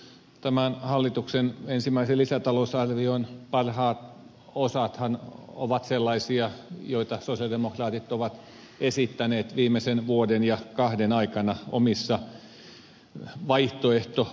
hallituksen tämän vuoden ensimmäisen lisätalousarvion parhaat osathan ovat sellaisia joita sosialidemokraatit ovat esittäneet viimeisen vuoden ja kahden aikana omissa vaihtoehtobudjettiesityksissään